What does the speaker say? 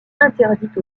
interdite